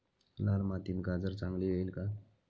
लाल मातीत गाजर चांगले येईल का?